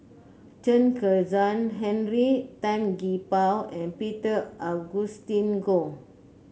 Chen Kezhan Henri Tan Gee Paw and Peter Augustine Goh